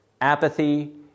apathy